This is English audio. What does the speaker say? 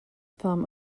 thumb